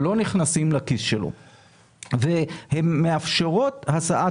לא נכנסים לכיס שלו והן מאפשרות השאת